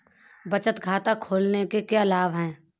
बचत खाता खोलने के क्या लाभ हैं?